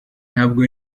ntabwo